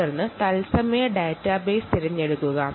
അതിൽ നിങ്ങൾ real time database തിരഞ്ഞെടുക്കുക